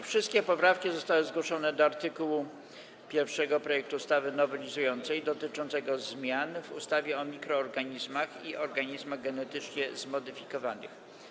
Wszystkie poprawki zostały zgłoszone do art. 1 projektu ustawy nowelizującej dotyczącego zmian w ustawie o mikroorganizmach i organizmach genetycznie zmodyfikowanych.